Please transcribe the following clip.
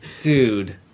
dude